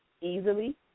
easily